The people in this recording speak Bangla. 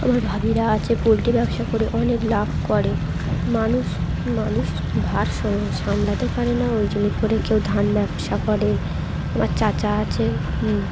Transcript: আমার ভাবিরা আছে পোলট্রি ব্যবসা করে অনেক লাভ করে মানুষ মানুষ ভার সামলাতে পারে না ওই জন্য করে কেউ ধান ব্যবসা করে আমার চাচা আছে